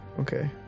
Okay